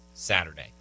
Saturday